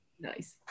Nice